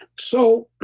so,